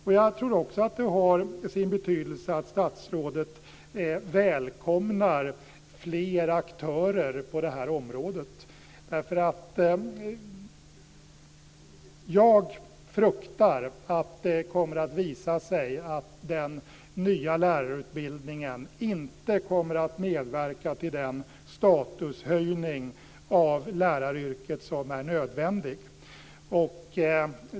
Det har också sin betydelse att statsrådet välkomnar fler aktörer på området. Jag fruktar att det kommer att visa sig att den nya lärarutbildningen inte kommer att medverka till den statushöjning av läraryrket som är nödvändig.